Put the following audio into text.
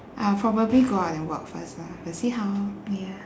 I'll probably go out and work first lah will see how ya